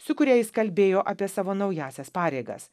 su kuria jis kalbėjo apie savo naująsias pareigas